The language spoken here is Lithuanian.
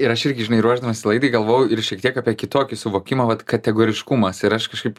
ir aš irgi žinai ruošdamasis laidai galvojau ir šiek tiek apie kitokį suvokimą vat kategoriškumas ir aš kažkaip